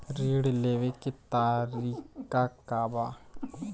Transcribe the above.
ऋण लेवे के तरीका का बा?